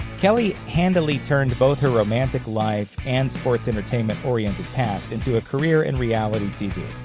kelly handily turned both her romantic life and sports-entertainment-oriented past into a career in reality tv.